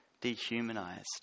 dehumanized